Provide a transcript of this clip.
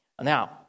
Now